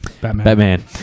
Batman